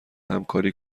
همکاری